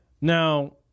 Now